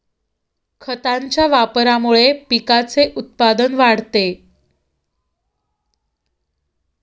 खतांच्या वापरामुळे पिकाचे उत्पादन वाढते